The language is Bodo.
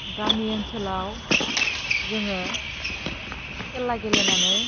गामि ओनसोलाव जोङो खेला गेलेनानै